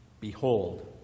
Behold